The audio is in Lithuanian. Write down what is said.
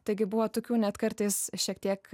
taigi buvo tokių net kartais šiek tiek